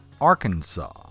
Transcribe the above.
Arkansas